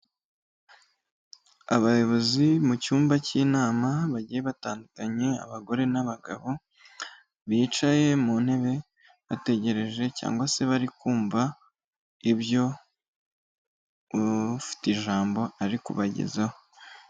Abayobozi mu cyumba cy'inama bagiye batandukanye abagore n'abagabo, bicaye mu ntebe bategereje cyangwa se bari kumva ibyo ufite ijambo ari kubagezaho.